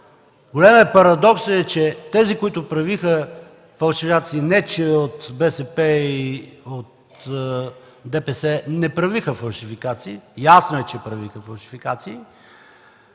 Големият парадокс е, че тези, които правиха фалшификации, не че от БСП и от ДПС не правиха фалшификации, ясно е, че правиха фалшификации,